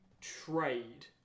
trade